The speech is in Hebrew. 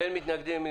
אין מתנגדים.